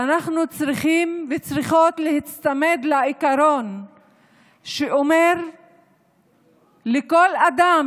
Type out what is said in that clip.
שאנחנו צריכים וצריכות להיצמד לעיקרון שאומר שלכל אדם,